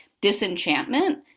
disenchantment